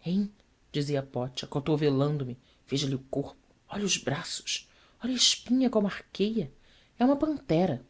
hem dizia pote acotovelando me veja lhe o corpo olhe os braços olhe a espinha como arqueia e uma pantera